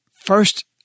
first